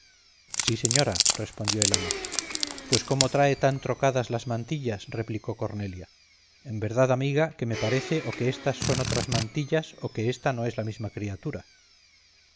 sí señora respondió el ama pues cómo trae tan trocadas las mantillas replicó cornelia en verdad amiga que me parece o que éstas son otras mantillas o que ésta no es la misma criatura